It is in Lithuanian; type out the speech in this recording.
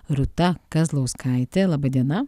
rūta kazlauskaitė laba diena